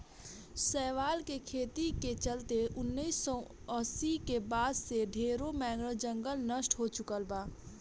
शैवाल के खेती के चलते उनऽइस सौ अस्सी के बाद से ढरे मैंग्रोव जंगल नष्ट हो चुकल बा